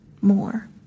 more